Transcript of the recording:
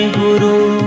guru